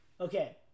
okay